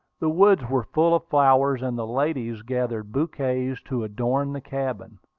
the woods were full of flowers, and the ladies gathered bouquets to adorn the cabin.